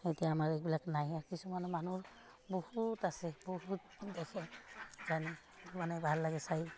এতিয়া আমাৰ এইবিলাক নাইয়ে কিছুমান মানুহ বহুত আছে বহুত দেখে জানে মানে ভাল লাগে চাই